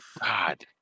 God